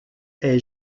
est